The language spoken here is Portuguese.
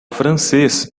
francês